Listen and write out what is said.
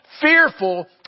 fearful